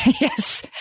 Yes